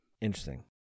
Interesting